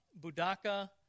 Budaka